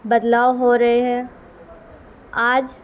بدلاؤ ہو رہے ہیں آج